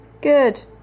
Good